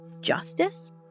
justice